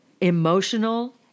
emotional